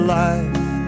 life